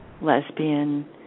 lesbian